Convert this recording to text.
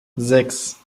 sechs